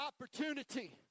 opportunity